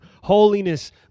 holiness